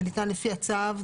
לפי הצו?